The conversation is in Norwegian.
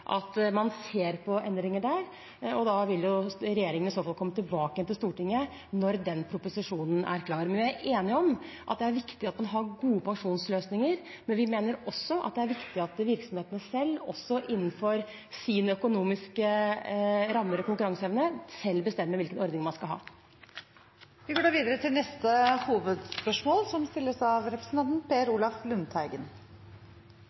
at man ser på endringer der. Regjeringen vil i så fall komme tilbake til Stortinget når den proposisjonen er klar. Vi er enige om at det er viktig at man har gode pensjonsløsninger, men vi mener også det er viktig at virksomhetene selv innenfor sine økonomiske rammer og sin konkurranseevne bestemmer hvilken ordning man skal ha. Vi går til neste hovedspørsmål – fra representanten Per